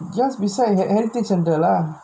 just beside heritage centre lah